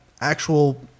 actual